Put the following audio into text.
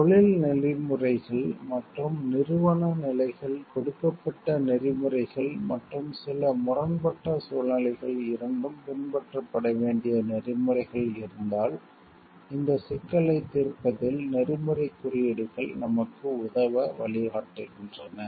தொழில் நெறிமுறைகள் எதிக்ஸ் மற்றும் நிறுவன நிலைகள் கொடுக்கப்பட்ட நெறிமுறைகள் எதிக்ஸ் மற்றும் சில முரண்பட்ட சூழ்நிலைகள் இரண்டும் பின்பற்றப்பட வேண்டிய நெறிமுறைகள் எதிக்ஸ் இருந்தால் இந்தச் சிக்கலைத் தீர்ப்பதில் நெறிமுறைக் குறியீடுகள் நமக்கு உதவ வழிகாட்டுகின்றன